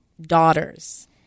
daughters